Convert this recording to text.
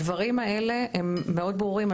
הדברים האלה הם מאוד ברורים.